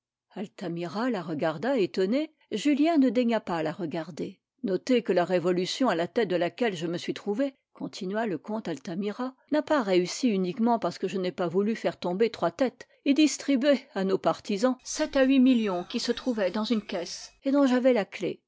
altamira la regarda étonné julien ne daigna pas la regarder notez que la révolution à la tête de laquelle je me suis trouvé continua le comte altamira n'a pas réussi uniquement parce que je n'ai pas voulu faire tomber trois têtes et distribuer à nos partisans sept à huit millions qui se trouvaient dans une caisse dont j'avais la clef